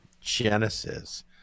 Genesis